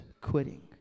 quitting